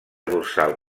dorsal